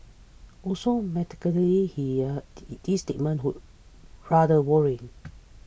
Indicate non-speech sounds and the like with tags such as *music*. also mathematically here this *unintelligible* rather worrying